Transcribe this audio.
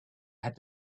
had